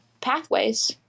pathways